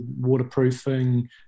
waterproofing